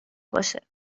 باشه